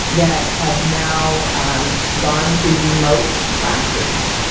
that have now um gone to remote classrooms.